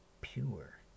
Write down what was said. pure